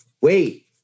Wait